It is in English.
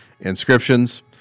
inscriptions